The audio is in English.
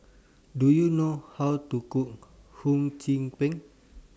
Do YOU know How to Cook Hum Chim Peng